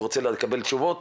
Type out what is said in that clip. הוא רוצה לקבל תשובות.